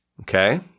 Okay